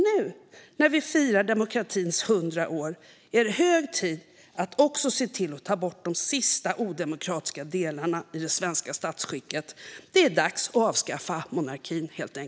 Nu, när vi firar demokratins 100 år, är det hög tid att också se till att ta bort de sista odemokratiska delarna i det svenska statsskicket. Det är helt enkelt dags att avskaffa monarkin.